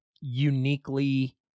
uniquely